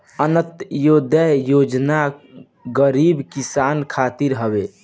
अन्त्योदय योजना गरीब किसान खातिर हवे